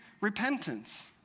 repentance